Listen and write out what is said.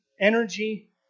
energy